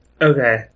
Okay